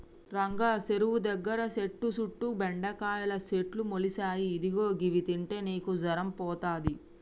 రంగా సెరువు దగ్గర సెట్టు సుట్టు బెండకాయల సెట్లు మొలిసాయి ఇదిగో గివి తింటే నీకు జరం పోతది